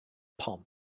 pomp